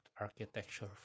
architecture